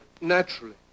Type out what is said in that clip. Naturally